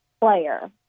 player